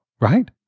right